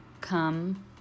come